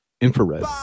infrared